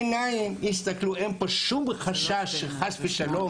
אין פה שום חשש חס ושלום.